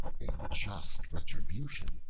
a just retribution,